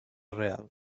real